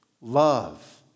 Love